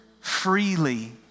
freely